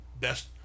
best